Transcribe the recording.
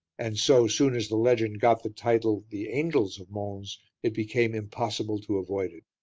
and so soon as the legend got the title the angels of mons it became impossible to avoid it.